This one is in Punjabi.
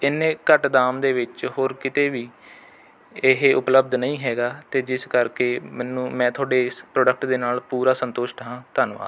ਐਨੇ ਘੱਟ ਦਾਮ ਦੇ ਵਿੱਚ ਹੋਰ ਕਿਤੇ ਵੀ ਇਹ ਉਪਲਬਧ ਨਹੀਂ ਹੈਗਾ ਅਤੇ ਜਿਸ ਕਰਕੇ ਮੈਨੂੰ ਮੈਂ ਤੁਹਾਡੇ ਇਸ ਪ੍ਰੋਡਕਟ ਦੇ ਨਾਲ਼ ਪੂਰਾ ਸੰਤੁਸ਼ਟ ਹਾਂ ਧੰਨਵਾਦ